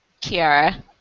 Kiara